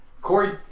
Corey